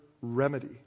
remedy